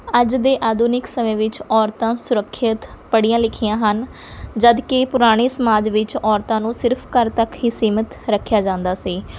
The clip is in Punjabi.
ਅੱਜ ਦੇ ਆਧੁਨਿਕ ਸਮੇਂ ਵਿੱਚ ਔਰਤਾਂ ਸੁਰੱਖਿਅਤ ਪੜ੍ਹੀਆਂ ਲਿਖੀਆਂ ਹਨ ਜਦ ਕਿ ਪੁਰਾਣੇ ਸਮਾਜ ਵਿੱਚ ਔਰਤਾਂ ਨੂੰ ਸਿਰਫ਼ ਘਰ ਤੱਕ ਹੀ ਸੀਮਿਤ ਰੱਖਿਆ ਜਾਂਦਾ ਸੀ